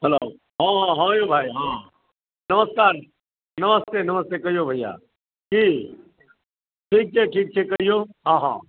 hello हँ हँ यौ भाइ हँ नमस्कार नमस्ते नमस्ते कहियौ भइया की ठीक छै ठीक छै कहियौ हँ हँ